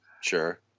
sure